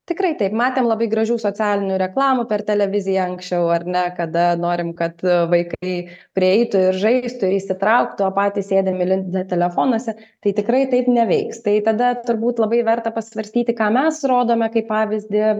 tikrai taip matėm labai gražių socialinių reklamų per televiziją anksčiau ar ne kada norim kad vaikai prieitų ir žaistų įsitrauktų o patys sėdim įlindę telefonuose tai tikrai taip neveiks tai tada turbūt labai verta pasvarstyti ką mes rodome kaip pavyzdį